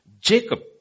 Jacob